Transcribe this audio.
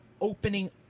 opening